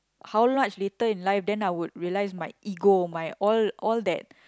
how much later in life then I would realise my ego my all all that